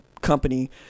company